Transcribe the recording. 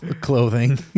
clothing